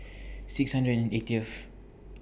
six hundred and eightieth